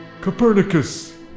Copernicus